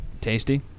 Tasty